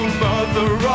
mother